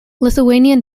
lithuanian